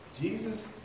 Jesus